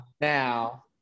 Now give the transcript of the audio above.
now